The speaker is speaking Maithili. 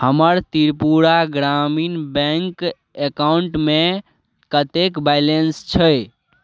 हमर त्रिपुरा ग्रामीण बैंक एकॉउन्ट कतेक बैलन्स छै